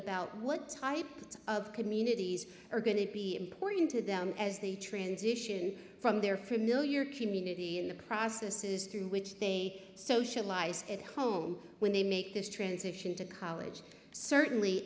about what type of communities are going to be important to them as they transition from their female your community in the processes through which they socialize at home when they make this transition to college certainly